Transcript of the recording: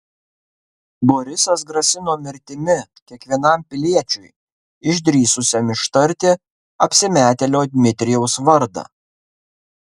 borisas grasino mirtimi kiekvienam piliečiui išdrįsusiam ištarti apsimetėlio dmitrijaus vardą